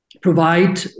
provide